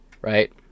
right